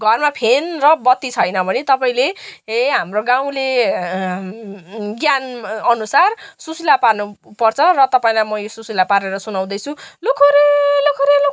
घरमा फेन र बत्ती छैन भने तपाईँले हाम्रो गाउँले ज्ञानअनुसार सुसिला पार्नु पर्छ र तपाईँलाई मो सुसिला पारेर सुनाउँदैछु लुखुरि लुखुरि लुखुरि